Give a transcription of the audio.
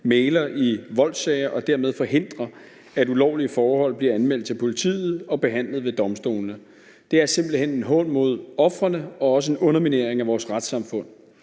mægler i voldssager og dermed forhindrer, at ulovlige forhold bliver anmeldt til politiet og behandlet ved domstolene. Det er simpelt hen en hån mod ofrene og også en underminering af vores retssamfund.